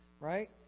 right